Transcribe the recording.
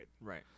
right